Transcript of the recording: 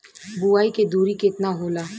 बुआई के दुरी केतना होला?